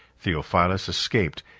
theophilus escaped,